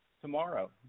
tomorrow